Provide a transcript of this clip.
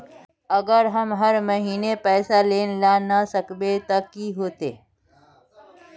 अगर हम हर महीना पैसा देल ला न सकवे तब की होते?